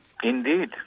Indeed